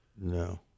No